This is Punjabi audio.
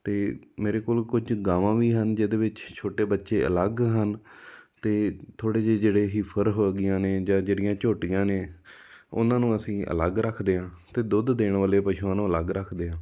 ਅਤੇ ਮੇਰੇ ਕੋਲ ਕੁਝ ਗਾਵਾਂ ਵੀ ਹਨ ਜਿਹਦੇ ਵਿੱਚ ਛੋਟੇ ਬੱਚੇ ਅਲੱਗ ਹਨ ਅਤੇ ਥੋੜ੍ਹੇ ਜਿਹੇ ਜਿਹੜੇ ਹੀਫਰ ਹੈਗੀਆਂ ਨੇ ਜਾਂ ਜਿਹੜੀਆਂ ਝੋਟੀਆਂ ਨੇ ਉਹਨਾਂ ਨੂੰ ਅਸੀਂ ਅਲੱਗ ਰੱਖਦੇ ਹਾਂ ਅਤੇ ਦੁੱਧ ਦੇਣ ਵਾਲੇ ਪਸ਼ੂਆਂ ਨੂੰ ਅਲੱਗ ਰੱਖਦੇ ਹਾਂ